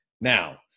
Now